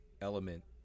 element